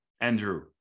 andrew